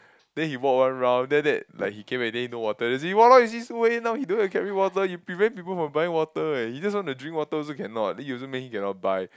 then he walk one round then after that like he came already then no water then he say he don't want carry water you prevent people from buying water eh he just want to drink water also cannot then you also make him cannot buy